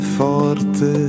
forte